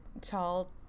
tall